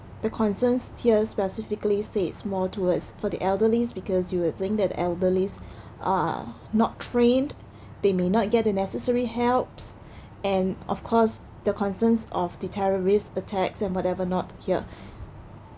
the concerns steers specifically states more towards for the elderly because you would think that elderlies are not trained they may not get a necessary helps and of course the concerns of the terrorist attacks and whatever not here